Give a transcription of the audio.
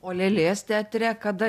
o lėlės teatre kada